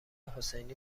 حسینی